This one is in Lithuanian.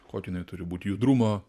kokio jinai turi būti judrumo